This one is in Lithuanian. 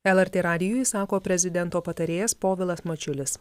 lrt radijui sako prezidento patarėjas povilas mačiulis